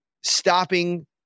stopping